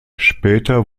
später